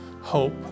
hope